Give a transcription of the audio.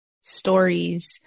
stories